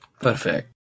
Perfect